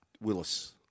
Willis